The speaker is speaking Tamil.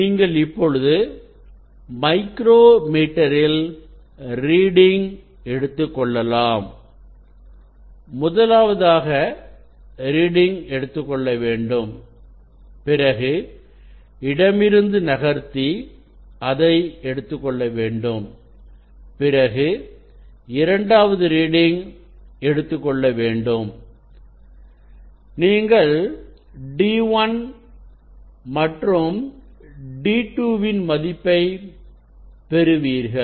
நீங்கள் இப்பொழுது மைக்ரோ மீட்டரில் ரீடிங் எடுத்துக்கொள்ளலாம் முதலாவதாக ரீடிங் எடுத்துக்கொள்ள வேண்டும் பிறகு இடமிருந்து நகர்த்தி அதை எடுத்துக்கொள்ள வேண்டும் பிறகு இரண்டாவது ரீடிங் எடுத்துக்கொள்ளவேண்டும் நீங்கள் d 1 மற்றும் d 2 இன் மதிப்பைப் பெறுவீர்கள்